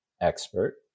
expert